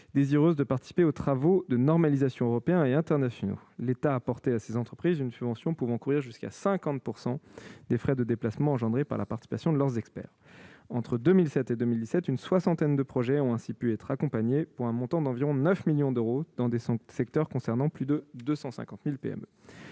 désireuses de participer aux travaux de normalisation européens et internationaux. L'État apportait à ces entreprises une subvention pouvant couvrir jusqu'à 50 % des frais de déplacement suscités par la participation de leurs experts aux réunions. Entre 2007 et 2007, une soixantaine de projets ont ainsi pu être accompagnés, pour un montant d'environ 9 millions d'euros, dans des secteurs concernant plus de 250 000 PME.